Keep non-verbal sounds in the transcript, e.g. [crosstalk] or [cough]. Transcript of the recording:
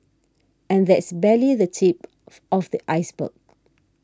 and that's barely the tip [noise] of the iceberg